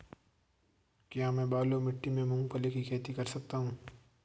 क्या मैं बालू मिट्टी में मूंगफली की खेती कर सकता हूँ?